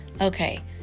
Okay